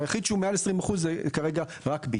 היחיד שהוא מעל 20%, כרגע, זה רק "ביט".